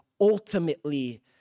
ultimately